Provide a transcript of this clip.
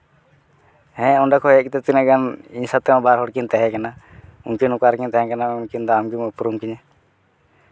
ᱦᱮᱸ ᱚᱸᱰᱮ ᱠᱷᱚᱡ ᱦᱮᱡ ᱠᱟᱛᱮᱫ ᱛᱤᱱᱟᱹᱜ ᱜᱟᱱ ᱤᱧ ᱥᱟᱛᱮ ᱦᱚᱸ ᱵᱟᱨ ᱦᱚᱲ ᱠᱤᱱ ᱛᱟᱦᱮᱸ ᱠᱟᱱᱟ ᱩᱱᱠᱤᱱ ᱚᱠᱟ ᱨᱮᱠᱤᱱ ᱛᱟᱦᱮᱸ ᱠᱟᱱᱟ ᱩᱱᱠᱤᱱ ᱫᱚ ᱟᱢᱜᱮᱢ ᱩᱯᱨᱩᱢ ᱠᱤᱱᱟ